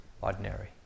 ordinary